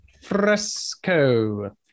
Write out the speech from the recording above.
Fresco